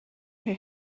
her